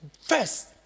first